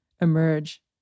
emerge